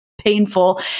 Painful